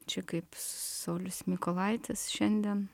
čia kaip saulius mykolaitis šiandien